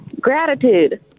gratitude